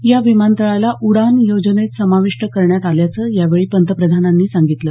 या विमानतळाला उडान योजनेत समाविष्ट करण्यात आल्याचं यावेळी पंतप्रधानांनी सांगितलं